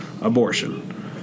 abortion